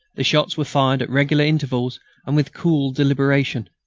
the shots were fired at regular intervals and with cool deliberation.